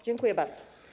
Dziękuję bardzo.